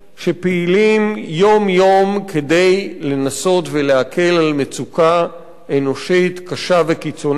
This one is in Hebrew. שפעילים יום-יום כדי לנסות ולהקל על מצוקה אנושית קשה וקיצונית